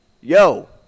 yo